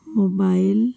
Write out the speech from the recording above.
mobile